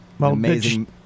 amazing